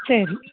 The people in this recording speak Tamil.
சரி